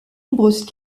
nombreuses